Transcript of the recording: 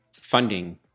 funding